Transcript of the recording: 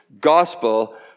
gospel